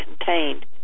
contained